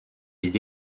des